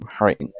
Alright